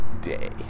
day